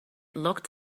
looked